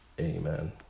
Amen